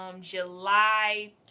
July